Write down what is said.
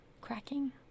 cracking